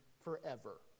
forever